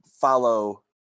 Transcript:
follow